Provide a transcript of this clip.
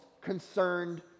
concerned